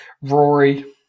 Rory